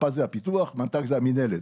רפ"ד זה הפיתוח, מנת"ג זה המינהלת.